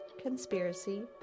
conspiracy